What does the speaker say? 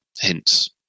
hints